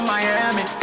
Miami